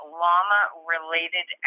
llama-related